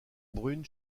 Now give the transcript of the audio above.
brune